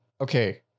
okay